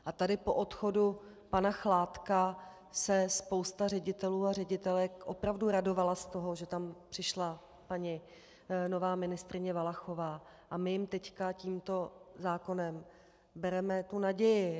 A tady po odchodu pana Chládka se spousta ředitelů a ředitelek opravdu radovala z toho, že tam přišla nová paní ministryně Valachová, a my jim teď tímto zákonem bereme tu naději.